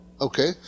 Okay